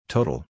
Total